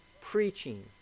preaching